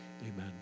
Amen